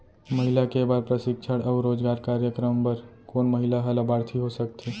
महिला के बर प्रशिक्षण अऊ रोजगार कार्यक्रम बर कोन महिला ह लाभार्थी हो सकथे?